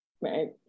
right